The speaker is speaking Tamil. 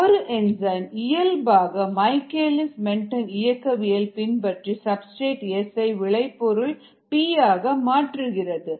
ஒரு என்சைம் இயல்பாக மைக்கேல்லிஸ் மென்டென் இயக்கவியல் பின்பற்றி சப்ஸ்டிரேட் S ஐ விளைபொருள் P ஆக மாற்றுகிறது